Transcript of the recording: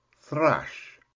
Thrash